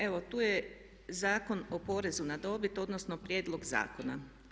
Evo tu je Zakon o porezu na dobit, odnosno prijedlog zakona.